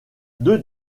deux